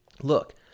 Look